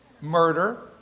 Murder